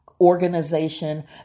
organization